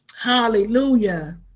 Hallelujah